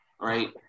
right